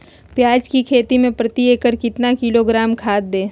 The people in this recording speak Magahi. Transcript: प्याज की खेती में प्रति एकड़ कितना किलोग्राम खाद दे?